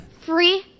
Free